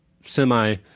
semi